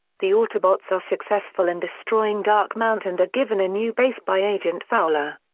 the autobots are successful in destroying darkmount and are given a new base by agent fowler.